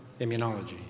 immunology